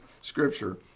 scripture